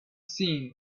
seen